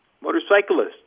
motorcyclists